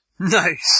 Nice